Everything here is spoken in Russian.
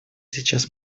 сейчас